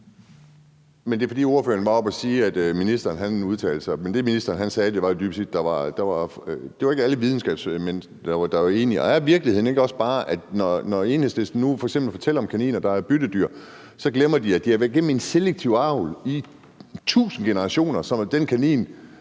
Andersen (UFG): Ordføreren var oppe at sige, at ministeren udtalte sig om det, men det, ministeren sagde, var dybest set, at det ikke var alle videnskabsmænd, der var enige. Er virkeligheden ikke også bare, at når Enhedslisten nu f.eks. fortæller om kaniner, der er byttedyr, glemmer man, at de har været igennem en selektiv avl i tusindvis af generationer? Sådan en